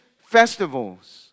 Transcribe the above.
festivals